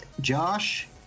Josh